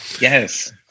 yes